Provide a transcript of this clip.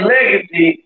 Legacy